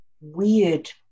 weird